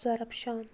Zarafshan